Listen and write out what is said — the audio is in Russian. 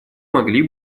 могли